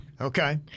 Okay